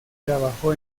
trabajó